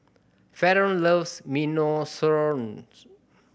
Faron loves Minestrone